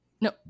no